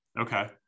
Okay